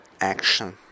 action